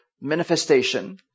manifestation